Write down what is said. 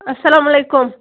اَسلام علیکُم